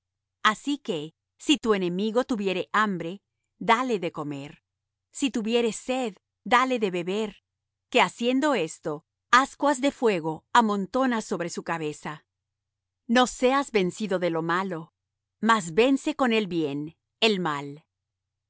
así que si tu enemigo tuviere hambre dale de comer si tuviere sed dale de beber que haciendo esto ascuas de fuego amontonas sobre su cabeza no seas vencido de lo malo mas vence con el bien el mal